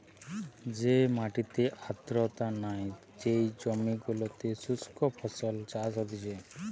যে মাটিতে আর্দ্রতা নাই, যেই জমি গুলোতে শুস্ক ফসল চাষ হতিছে